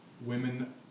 women